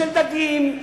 של דגים,